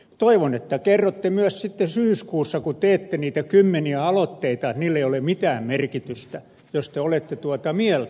toivon että kerrotte sitten myös syyskuussa kun teette niitä kymmeniä aloitteita että niillä ei ole mitään merkitystä jos te olette tuota mieltä